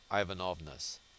Ivanovna's